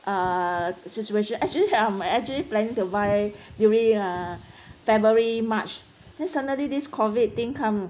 uh the situation actually I'm actually planning to buy during uh february march then suddenly this COVID thing come